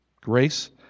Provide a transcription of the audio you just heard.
Grace